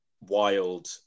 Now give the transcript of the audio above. wild